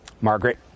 Margaret